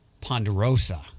Ponderosa